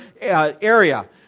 area